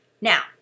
Now